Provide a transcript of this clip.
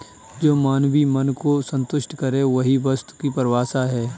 जो मानवीय मन को सन्तुष्ट करे वही वस्तु की परिभाषा है